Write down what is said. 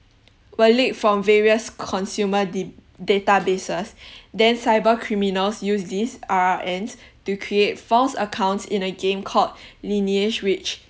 were leaked from various consumer d~ databases then cybercriminals used these R_R_Ns to create false accounts in a game called lineage which